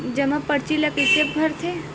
जमा परची ल कइसे भरथे?